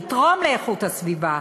לתרום לאיכות הסביבה.